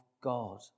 God